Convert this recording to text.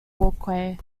walkway